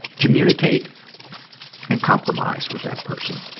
communicate and compromise with that person.